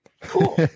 Cool